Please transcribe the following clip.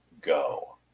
go